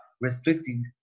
restricting